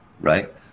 right